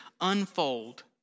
unfold